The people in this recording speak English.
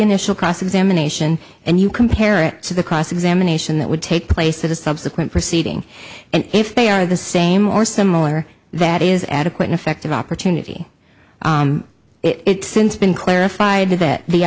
initial cross examination and you compare it to the cross examination that would take place at a subsequent proceeding and if they are the same or similar that is adequate effective opportunity it since been clarified that the